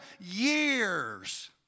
years